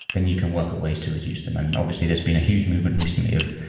then you can work at ways to reduce them and and obviously, there's been a huge movement recently of